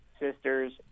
sisters